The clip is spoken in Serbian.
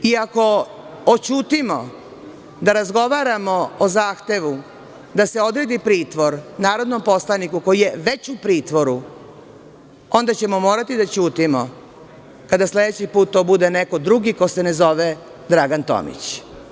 Ako oćutimo da razgovaramo o zahtevu da se odredi pritvor narodnom poslaniku, koji je već u pritvoru, onda ćemo morati da ćutimo kada sledeći put to bude neko drugi ko se ne zove Dragan Tomić.